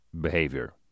behavior